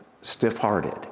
stiff-hearted